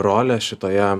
rolę šitoje